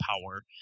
power